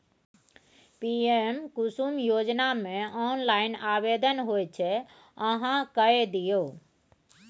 PM Kusum योजनामे online आवेदन होइत छै अहाँ कए दियौ